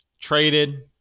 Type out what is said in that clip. Traded